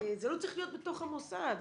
זה לא צריך להיות בתוך המוסד.